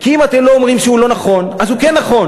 כי אם אתם לא אומרים שהוא לא נכון אז הוא כן נכון,